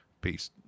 Peace